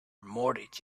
mortgage